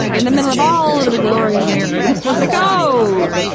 in the middle of all and the glorious mirrors. and it's like, oh,